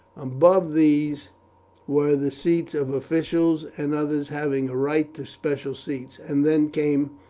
above these were the seats of officials and others having a right to special seats, and then came,